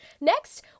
Next